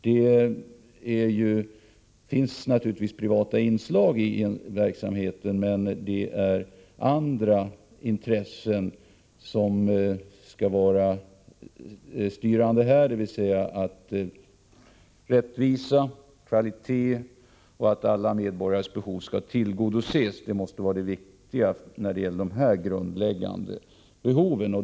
Det finns naturligtvis privata inslag i verksamheten, men det är andra intressen som skall vara styrande. Kraven på rättvisa, på kvalitet och på att alla medborgares grundläggande behov skall tillgodoses måste vara det viktiga.